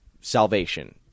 Salvation